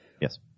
Yes